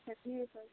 اَچھا ٹھیٖک حظ